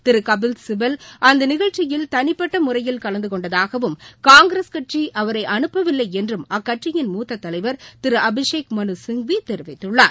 திரு கபில் சிபல் அந்த நிகழ்ச்சிக்கு தனிப்பட்ட முறையில் கலந்து கொணடதாகவும் காங்கிரஸ் கட்சி அவரை அனுப்பவில்லை என்றும் அக்கட்சியின் முத்த தலைவர் திரு அபிஷேக் மனு சிங்வி தெரிவித்துள்ளார்